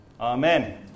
amen